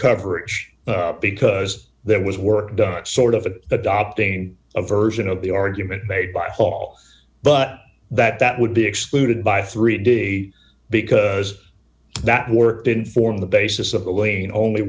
coverage because there was work done it sort of a adopting a version of the argument made by hall but that that would be excluded by three d because that work didn't form the basis of a lane only